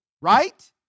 right